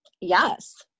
Yes